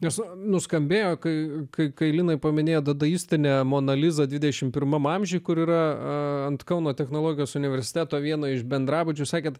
nes nuskambėjo kai kai linai paminėjot dadaistinę moną lizą dvidešimt pirmam amžiuj kur yra ant kauno technologijos universiteto vieno iš bendrabučių sakėte